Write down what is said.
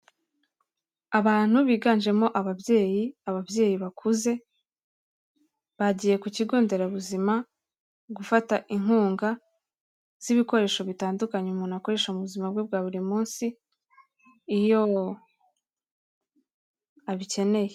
Abantu biganjemo ababyeyi, ababyeyi bakuze bagiye ku kigo nderabuzima gufata inkunga z'ibikoresho bitandukanye umuntu akoresha mu buzima bwe bwa buri munsi iyo abikeneye.